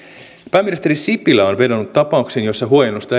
pääministeri sipilä on vedonnut tapauksiin joissa huojennusta